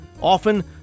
Often